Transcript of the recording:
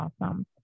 awesome